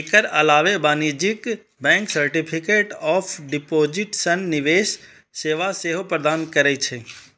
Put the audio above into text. एकर अलावे वाणिज्यिक bank certificate of deposit सन निवेश सेवा सेहो प्रदान करै छै